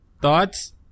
Thoughts